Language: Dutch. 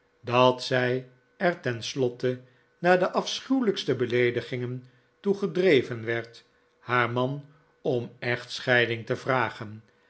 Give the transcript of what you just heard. dat zij er ten slotte na de afschuwelijkste beleedigingen toe gedreven werd haar man om echtscheiding te vragen